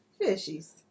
Fishies